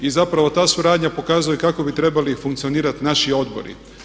I zapravo ta suradnja pokazuje kako bi trebali funkcionirati naši odbori.